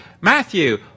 Matthew